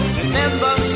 remember